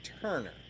Turner